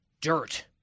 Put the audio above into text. dirt